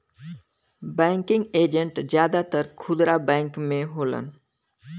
banking agent जादातर खुदरा bank में होलन